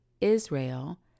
Israel